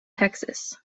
texas